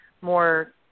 more